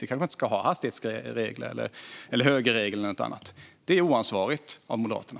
Det kanske inte ska finnas hastighetsregler, högerregeln eller något annat. Det är oansvarigt av Moderaterna.